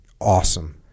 awesome